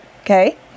Okay